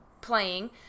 playing